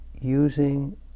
using